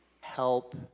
help